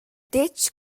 detg